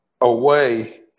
away